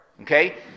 Okay